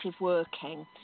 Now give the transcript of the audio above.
working